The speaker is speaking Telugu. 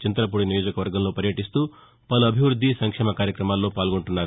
చింతలపూడి నియోజకవర్గంలో వర్యటిస్తూపలు అభివృద్ది సంక్షేమ కార్యక్రమాల్లో పాల్గొంటున్నారు